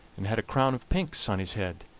and had a crown of pinks on his head.